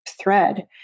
thread